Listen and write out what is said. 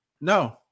No